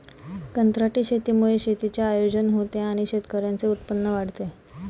कंत्राटी शेतीमुळे शेतीचे आयोजन होते आणि शेतकऱ्यांचे उत्पन्न वाढते